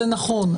זה נכון.